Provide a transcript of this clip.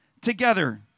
together